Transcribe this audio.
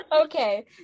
okay